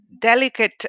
delicate